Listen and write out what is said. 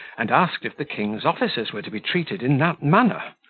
and asked if the king's officers were to be treated in that manner?